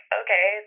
okay